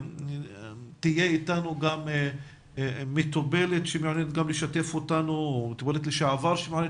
תהיה איתנו גם מטופלת או מטופלת לשעבר שמעוניינת